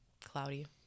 cloudy